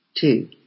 Two